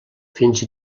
fins